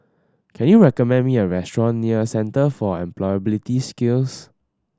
can you recommend me a restaurant near Centre for Employability Skills